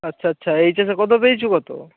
আচ্ছা আচ্ছা এইচ এসে কত পেয়েছ কত